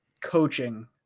coaching